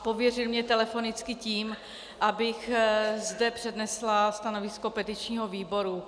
Pověřil mě telefonicky tím, abych zde přednesla stanovisko petičního výboru.